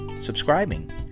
subscribing